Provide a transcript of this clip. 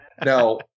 Now